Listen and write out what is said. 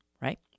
right